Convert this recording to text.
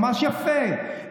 ממש יפה.